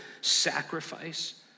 sacrifice